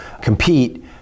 compete